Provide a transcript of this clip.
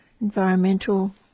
environmental